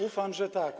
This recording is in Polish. Ufam, że tak.